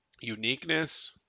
Uniqueness